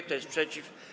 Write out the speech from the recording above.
Kto jest przeciw?